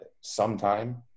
sometime